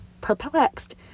perplexed